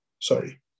sorry